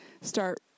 start